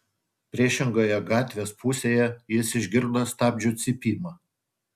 priešingoje gatvės pusėje jis išgirdo stabdžių cypimą